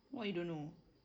what you don't know